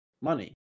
money